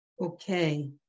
Okay